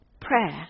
Prayer